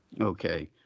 Okay